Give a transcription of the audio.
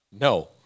no